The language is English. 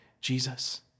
Jesus